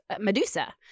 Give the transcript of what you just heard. Medusa